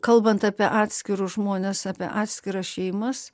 kalbant apie atskirus žmones apie atskiras šeimas